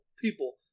People